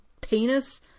Penis